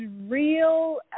real